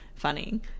funny